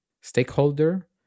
stakeholder